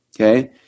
Okay